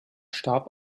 starb